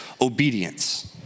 obedience